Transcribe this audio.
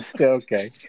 okay